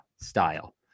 style